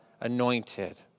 anointed